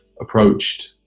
approached